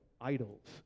idols